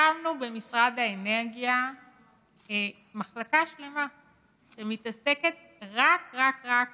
הקמנו במשרד האנרגיה מחלקה שלמה שמתעסקת רק רק רק